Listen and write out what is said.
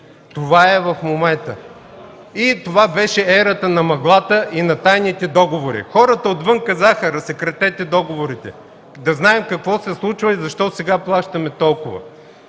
Това е в момента. Това беше ерата на мъглата и на тайните договори. Хората отвън казаха: „Разсекретете договорите да знаем какво се случва и защо сега плащаме толкова!”.